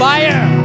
Fire